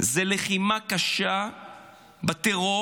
זו לחימה קשה בטרור.